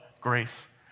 grace